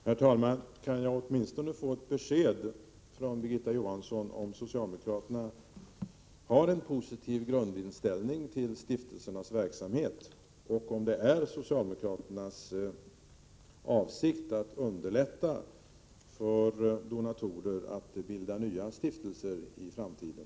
Herr talman! Kan jag åtminstone få ett besked från Birgitta Johansson om socialdemokraterna har en positiv grundinställning till stiftelsernas verksamhet, och om det är socialdemokraternas avsikt att underlätta för donatorer att bilda nya stiftelser i framtiden?